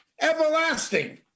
everlasting